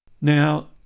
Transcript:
Now